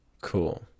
Cool